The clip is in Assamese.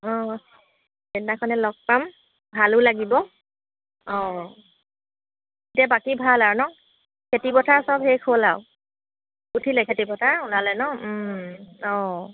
অঁ সেইদিনাখনে ল'গ পাম ভালো লাগিব অঁ এতিয়া বাকী ভাল আৰু ন খেতিপথাৰ চব শেষ হ'ল আৰু উঠিলে খেতিপথাৰ ওলালে ন